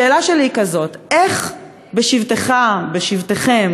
השאלה שלי היא כזאת: איך בשבתך בשבתכם,